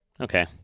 Okay